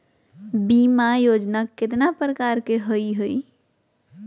बीमा योजना केतना प्रकार के हई हई?